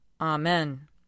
Amen